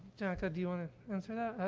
janneke, do you want to answer that? ah,